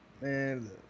Man